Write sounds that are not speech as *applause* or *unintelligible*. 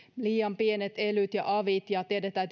liian pienet elyt ja avit ja tiedetään *unintelligible*